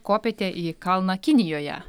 kopėte į kalną kinijoje